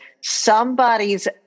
somebody's